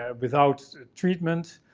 ah without treatment,